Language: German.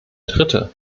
dritte